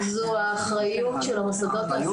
זו האחריות של המוסדות האקדמיים.